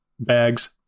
Bags